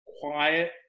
quiet